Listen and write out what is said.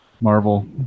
Marvel